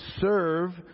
serve